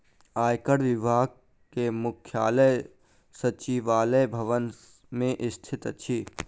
आयकर विभाग के मुख्यालय सचिवालय भवन मे स्थित अछि